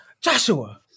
Joshua